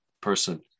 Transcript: person